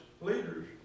leaders